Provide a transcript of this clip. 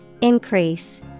Increase